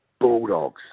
Bulldogs